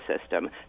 system